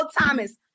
Thomas